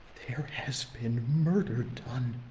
there has been murder done.